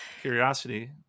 curiosity